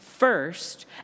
First